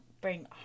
bring